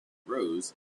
rose